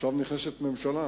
עכשיו נכנסת ממשלה,